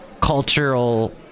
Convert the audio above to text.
cultural